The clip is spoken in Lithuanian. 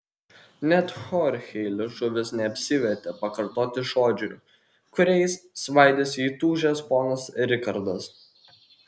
net chorchei liežuvis neapsivertė pakartoti žodžių kuriais svaidėsi įtūžęs ponas rikardas